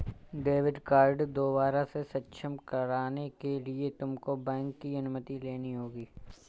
debit card दोबारा से सक्षम कराने के लिए तुमको बैंक की अनुमति लेनी होगी